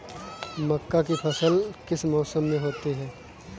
मक्का की फसल किस मौसम में होती है?